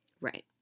Right